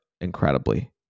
incredibly